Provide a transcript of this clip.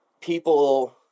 people